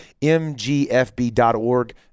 mgfb.org